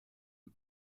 you